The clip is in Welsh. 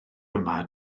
yma